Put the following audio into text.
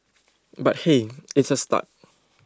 but hey it's a start